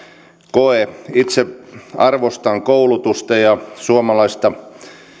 koe itse arvostan koulutusta ja suomalaista